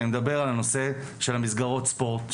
אני מדבר על הנושא של מסגרות ספורט,